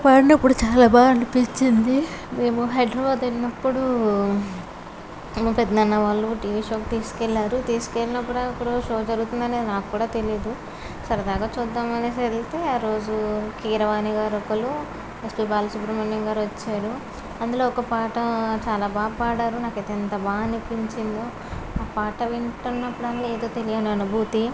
పాట పాడినప్పుడు చాలా బాగా అనిపించింది మేము హైదరాబాద్ వెళ్ళినప్పుడు మా పెద్దనాన్న వాళ్ళు ఓ టివి షోకి తీసుకెళ్ళారు తీసుకెళ్ళినప్పుడు అక్కడ ఓ షో జరుగుతుంది అని నాకు కూడా తెలియదు సరదాగా చూద్దాం అనేసి వెళ్తే ఆ రోజు కీరవాణి గారు ఒకరు ఎస్పి బాల సుబ్రహ్మణ్యం గారు వచ్చారు అందులో ఒక పాట చాలా బాగా పాడారు నాకైతే ఎంత బాగా అనిపించిందో ఆ పాట వింటునప్పుడు ఏదో తెలియని అనుభూతి